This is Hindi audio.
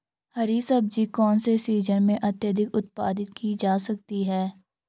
हरी सब्जी कौन से सीजन में अत्यधिक उत्पादित की जा सकती है?